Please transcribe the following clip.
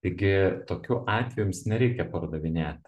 taigi tokiu atveju jums nereikia pardavinėti